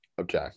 Okay